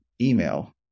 email